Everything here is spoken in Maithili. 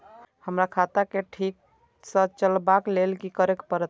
हमरा खाता क ठीक स चलबाक लेल की करे परतै